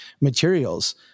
materials